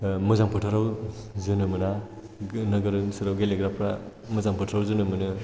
मोजां फोथाराव जोनो मोना नोगोर ओनसोलाव गेलेग्राफोरा मोजां फोथाराव जोनो मोनो